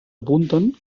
apunten